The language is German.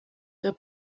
der